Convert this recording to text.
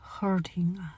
hurting